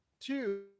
two